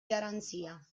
garanzia